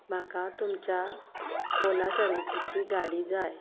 म्हाका तुमच्या ओला सरविचीची गाडी जाय